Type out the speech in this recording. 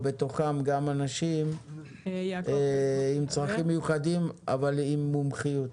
ובתוכם גם אנשים עם צרכים מיוחדים שיש להם מומחיות.